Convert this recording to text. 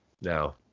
Now